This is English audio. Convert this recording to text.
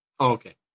okay